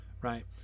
right